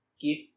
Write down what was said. Give